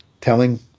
telling